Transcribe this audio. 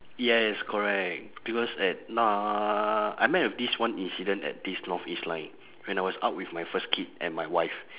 yes correct because at na~ I met with this one incident at this northeast line when I was out with my first kid and my wife